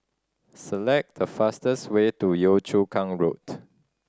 select the fastest way to Yio Chu Kang Road